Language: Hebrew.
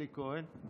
אלי כהן,